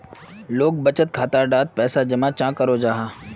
लोग बचत खाता डात पैसा जमा चाँ करो जाहा?